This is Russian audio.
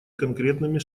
конкретными